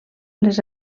les